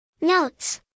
Notes